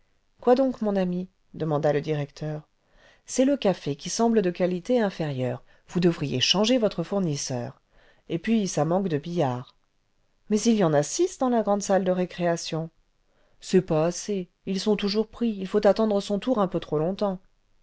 quoi donc mon ami demanda le directeur c'est le café qui me semble de qualité inférieure vous devriez changer votre fournisseur et puis ça manque de billards mais il y en a six dans la grande salle de récréation c'est pas assez ils sont toujours pris il faut attendre son tour un peu trop longtemps